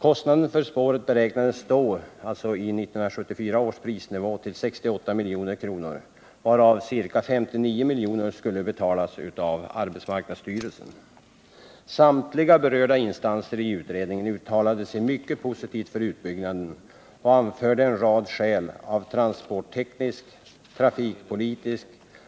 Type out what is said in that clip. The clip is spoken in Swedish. Kostnaden för spåret beräknades då, i 1974 års priser, till 68 milj.kr., varav ca 59 milj.kr. skulle betalas av AMS. Samtliga berörda instanser i utredningen uttalade sig mycket positivt för utbyggnaden och anförde en rad skäl av transportteknisk, trafikpolitisk,